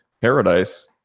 paradise